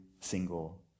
single